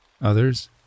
Others